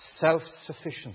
self-sufficiency